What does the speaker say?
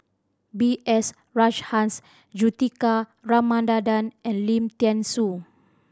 B S Rajhans Juthika Ramanathan and Lim Thean Soo